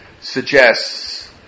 suggests